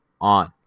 on